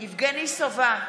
יבגני סובה,